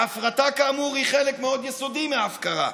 וההפרטה, כאמור, היא חלק מאוד יסודי מההפקרה.